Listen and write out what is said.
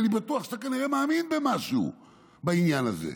ואני בטוח שאתה כנראה מאמין במשהו בעניין הזה,